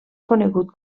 conegut